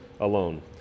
alone